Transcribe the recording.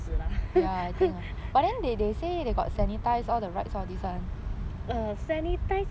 sanitise is sanitise lah